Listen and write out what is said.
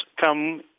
come